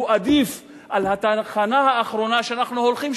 הוא עדיף על התחנה האחרונה שאנחנו הולכים,